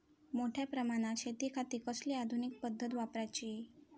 मोठ्या प्रमानात शेतिखाती कसली आधूनिक पद्धत वापराची?